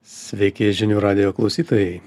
sveiki žinių radijo klausytojai